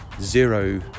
zero